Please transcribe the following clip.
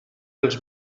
els